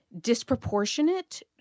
disproportionate